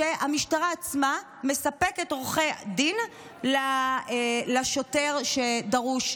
שהמשטרה עצמה מספקת עורכי דין לשוטר שדרוש,